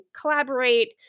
collaborate